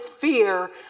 fear